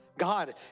God